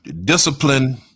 discipline